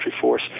force